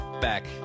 back